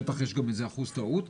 בטח יש גם איזה אחוז טעות,